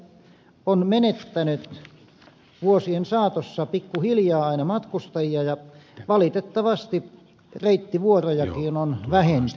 bussiliikenne on menettänyt vuosien saatossa pikkuhiljaa aina matkustajia ja valitettavasti reittivuorotkin ovat vähentyneet